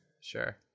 Sure